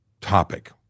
topic